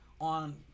on